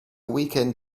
weekend